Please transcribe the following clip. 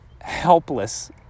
helpless